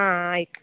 ಹಾಂ ಆಯಿತು